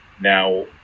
Now